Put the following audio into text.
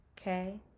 okay